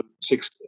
six